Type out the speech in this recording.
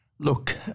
Look